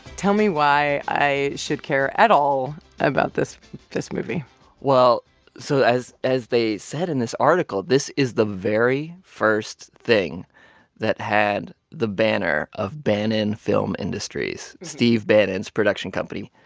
tell me why i should care at all about this this movie well so, as as they said in this article, this is the very first thing that had the banner of bannon film industries, steve bannon's production company.